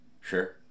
sure